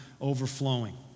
overflowing